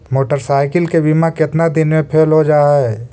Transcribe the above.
Motorcycle के बिमा केतना दिन मे फेल हो जा है?